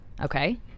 okay